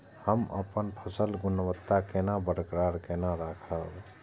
हम अपन फसल गुणवत्ता केना बरकरार केना राखब?